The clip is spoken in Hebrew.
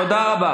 תודה.